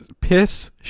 piss